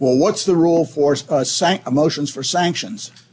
well what's the rule forced motions for sanctions